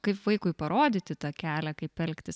kaip vaikui parodyti tą kelią kaip elgtis